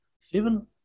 seven